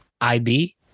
IB